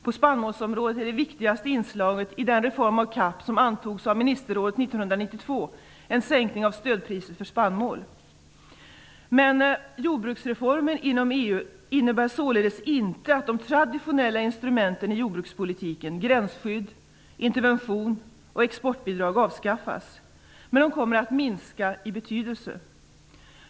På spannmålsområdet är det viktigaste inslaget i den reform av CAP som antogs av ministerrådet 1992 Jordbruksreformen inom EU innebär således inte att de traditionella instrumenten i jordbrukspolitiken - avskaffas, men de kommer att minska i betydelse.